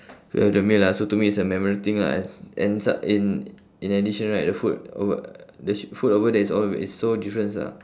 to have the meal lah so to me it's a memorable thing lah and in in addition right the food o~ the sh~ the food over there is all is so different ah